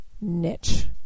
niche